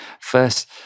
first